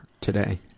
today